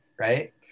right